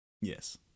Yes